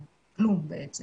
בכלום בעצם.